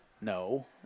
No